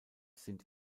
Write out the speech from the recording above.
sind